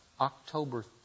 October